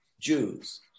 Jews